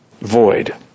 void